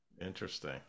Interesting